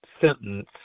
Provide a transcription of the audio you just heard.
sentence